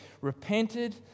repented